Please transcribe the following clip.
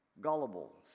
gullible